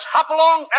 Hopalong